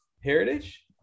Heritage